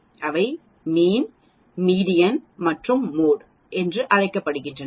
அவை மீண் மீடியன் மற்றும் மோட் என்று அழைக்கப்படுகின்றன